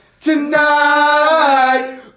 tonight